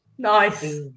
Nice